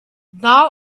neil